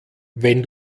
wenn